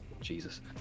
Jesus